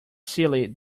silly